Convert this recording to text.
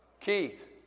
Keith